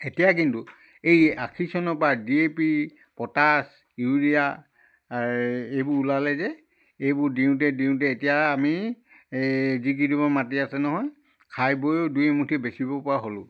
এতিয়া কিন্তু এই আশী চনৰ পৰা D A P potash urea এইবোৰ ওলালে যে এইবোৰ দিওঁতে দিওঁতে এতিয়া আমি এই যিকেইডোখৰ মাটি আছে নহয় খাই বৈয়ো দুই এমুঠি বেচিব পৰা হ'লোঁ